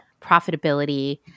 profitability